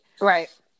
right